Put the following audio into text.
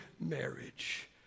marriage